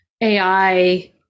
AI